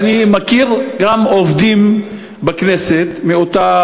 אני מכיר גם עובדים בכנסת מאותה